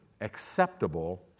acceptable